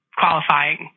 qualifying